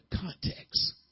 context